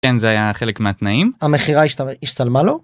כן זה היה חלק מהתנאים, המכירה השתלמה לו.